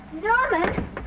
Norman